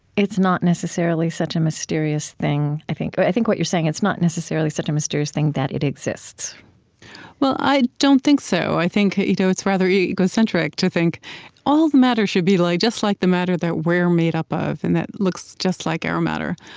it's not necessarily such a mysterious thing. i think i think what you're saying, it's not necessarily such a mysterious thing that it exists well, i don't think so. i think you know it's rather egocentric to think all matter should be like just like the matter that we're made up of and that looks just like our matter.